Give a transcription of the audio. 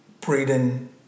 breeding